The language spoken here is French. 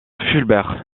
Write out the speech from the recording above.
fulbert